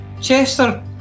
Chester